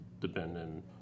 depending